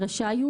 רשאי הוא,